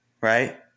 Right